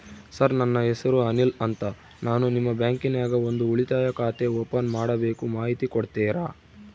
Sir ನನ್ನ ಹೆಸರು ಅನಿಲ್ ಅಂತ ನಾನು ನಿಮ್ಮ ಬ್ಯಾಂಕಿನ್ಯಾಗ ಒಂದು ಉಳಿತಾಯ ಖಾತೆ ಓಪನ್ ಮಾಡಬೇಕು ಮಾಹಿತಿ ಕೊಡ್ತೇರಾ?